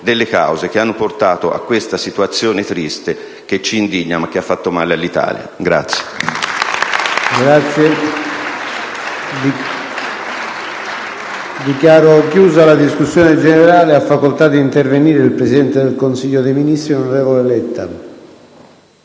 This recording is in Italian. delle cause che hanno portato a questa situazione triste, che ci indigna, ma che ha fatto male all'Italia.